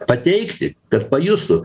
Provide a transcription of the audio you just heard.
pateikti kad pajustų